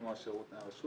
כמו הרשות,